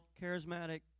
charismatic